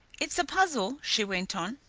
it's a puzzle, she went on.